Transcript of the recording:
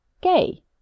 Gay